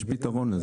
יש לזה פתרון.